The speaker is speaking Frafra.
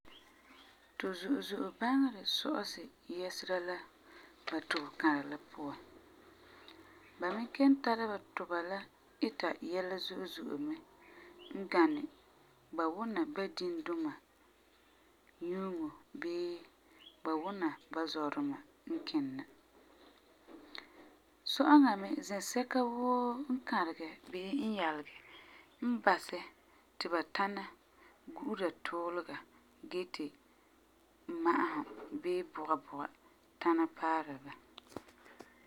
Tu zo'e zo'e baŋeri sɔ'ɔsi yɛsera la ba tubekara la puan. Ba me kelum tara ba tuba la ita yɛla zo'e zo'e mɛ gaŋɛ ba wuna ba dinduma nyuuŋo bii ba wuna ba zɔduma n kin na. Sɔ'ɔŋa me, zɛsɛka woo n kãregɛ bii n yalegɛ n basɛ ti ba tãna gu'ura tuulega gee ti ma'ahum bii bugabuga tãna paara ba.